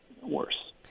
worse